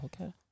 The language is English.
okay